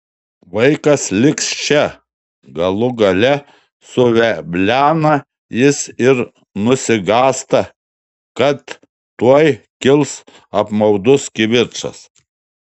vaikas liks čia galų gale suveblena jis ir nusigąsta kad tuoj kils apmaudus kivirčas